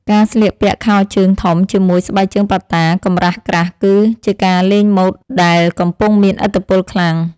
ការស្លៀកពាក់ខោជើងធំជាមួយស្បែកជើងប៉ាតាកម្រាស់ក្រាស់គឺ ជាការលេងម៉ូដដែលកំពុងមានឥទ្ធិពលខ្លាំង។